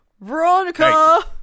Veronica